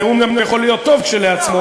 הנאום גם יכול להיות טוב כשלעצמו,